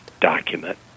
document